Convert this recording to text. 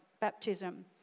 baptism